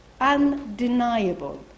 undeniable